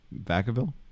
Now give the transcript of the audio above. Vacaville